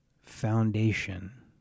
foundation